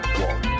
walk